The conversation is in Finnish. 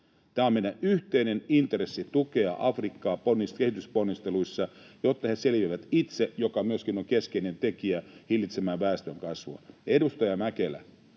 On meidän yhteinen intressi tukea Afrikkaa kehitysponnisteluissa, jotta he selviävät itse, ja se myöskin on keskeinen tekijä hillitsemään väestönkasvua. Edustaja Mäkelä,